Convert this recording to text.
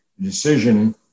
decision